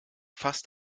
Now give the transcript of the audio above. fast